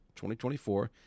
2024